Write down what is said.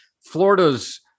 Florida's